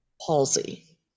palsy